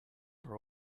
were